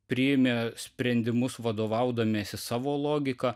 priėmė sprendimus vadovaudamiesi savo logika